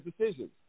decisions